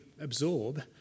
absorb